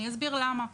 אני אסביר למה.